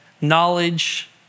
knowledge